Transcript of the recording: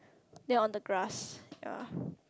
then on the grass ye